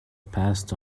passed